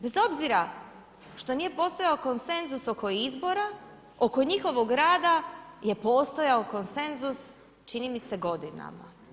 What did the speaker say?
Bez obzira što nije postojao konsenzus oko izbora, oko njihovog rada je postojao konsenzus čini mi se godinama.